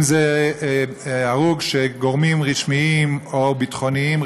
אם זה הרוג שגורמים רשמיים או ביטחוניים,